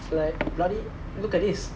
it's like bloody look at this